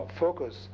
focus